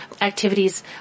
activities